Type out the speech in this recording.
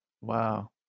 Wow